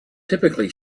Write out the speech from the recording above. typically